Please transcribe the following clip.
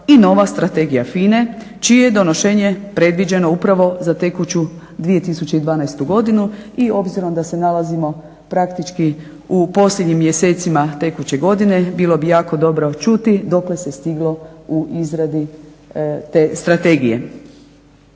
i nova Strategija FINA-e čije je donošenje predviđeno upravo za tekuću 2012. godinu. I obzirom da se nalazimo praktički u posljednjim mjesecima tekuće godine bilo bi jako dobro čuti dokle se stiglo u izradi te strategije.